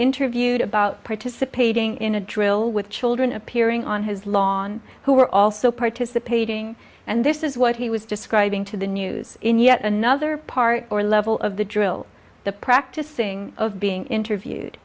interviewed about participating in a drill with children appearing on his lawn who were also participating and this is what he was describing to the news in yet another part or level of the drill the practicing of being interviewed